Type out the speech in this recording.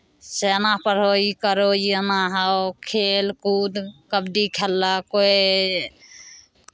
से एना पढ़हो एना करहो ई एना हौ खेलकूद कबड्डी खेललक कोइ